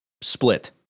split